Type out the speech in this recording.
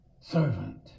servant